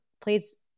Please